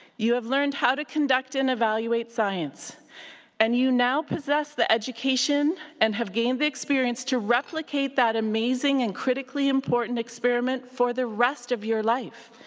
you have learned how to conduct and evaluate science and you now possess the education, and have gained the experience to replicate that amazing and critically important experiment for the rest of your life.